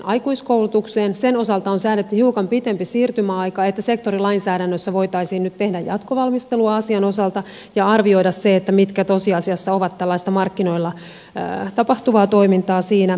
sen osalta on säädetty hiukan pitempi siirtymäaika niin että sektorilainsäädännössä voitaisiin nyt tehdä jatkovalmistelua asian osalta ja arvioida se mitkä tosiasiassa ovat tällaista markkinoilla tapahtuvaa toimintaa siinä